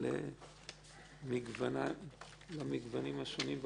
על גוניה השונים,